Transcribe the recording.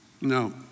No